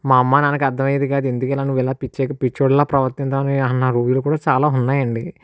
మా అమ్మా నాన్నకి అర్ధమయ్యేది కాదు ఎందుకిలా నువ్విలా పిచ్చెక్కి పిచ్చోడిలా ప్రవర్తిస్తావు అన్న రోజులు కూడా చాలా ఉన్నాయి అండి